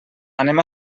anem